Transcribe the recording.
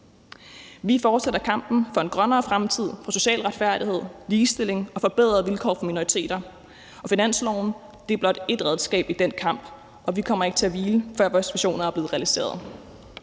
Vi fortsætter kampen for en grønnere fremtid, for social retfærdighed, ligestilling og forbedrede vilkår for minoriteter, og finansloven er blot ét redskab i den kamp. Vi kommer ikke til at hvile, før vores visioner er blevet realiseret.